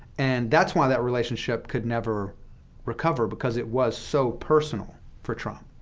and that's why that relationship could never recover, because it was so personal for trump.